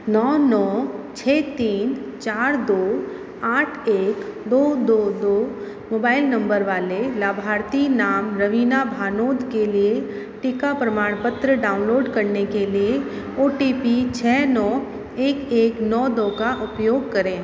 नौ नौ छः तीन चार दो आठ एक दो दो दो मोबाइल नंबर वाले लाभार्थी नाम रवीना भानोद के लिए टीका प्रमाणपत्र डाउनलोड करने के लिए ओ टी पी छः नौ एक एक नौ दो का उपयोग करें